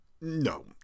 No